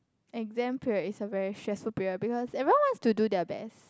exam period is a very stressful period because everyone wants to do their best